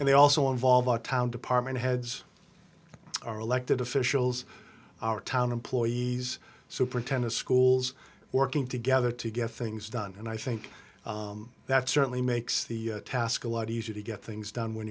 and they also involve our town department heads our elected officials our town employees superintendents schools working together to get things done and i think that certainly makes the task a lot easier to get things done when